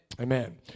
Amen